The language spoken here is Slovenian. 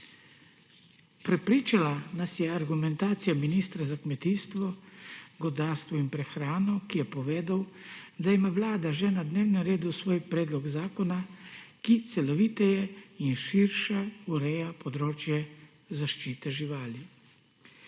Prepričala nas je argumentacija ministra za kmetijstvo, gozdarstvo in prehrano, ki je povedal, da ima Vlada že na dnevnem redu svoj predlog zakona, ki celoviteje in širše ureja področje zaščite živali.